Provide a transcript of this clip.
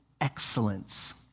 excellence